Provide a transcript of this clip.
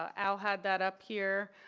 ah al had that up here.